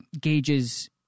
gauges